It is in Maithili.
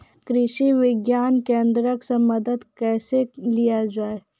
कृषि विज्ञान केन्द्रऽक से मदद कैसे लिया जाय?